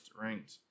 ranked